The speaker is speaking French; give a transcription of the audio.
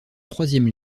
troisième